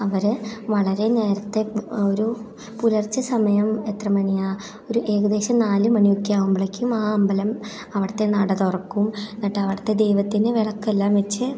അവർ വളരെ നേരത്തെ ഒരു പുലർച്ച സമയം എത്ര മണിയാണ് ഒരു ഏകദേശം നാല് മണിയൊക്കെ ആകുമ്പോഴേക്കും ആ അമ്പലം അവിടുത്തെ നട തുറക്കും എന്നിട്ട് അവിടുത്തെ ദൈവത്തിന് വിളക്കെല്ലാം വെച്ച്